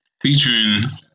Featuring